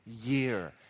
year